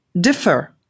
differ